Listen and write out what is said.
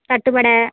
தட்டுவடை